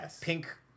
pink